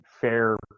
fair